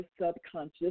subconscious